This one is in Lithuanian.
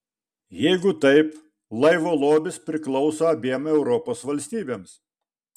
jeigu taip laivo lobis priklauso abiem europos valstybėms